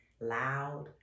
loud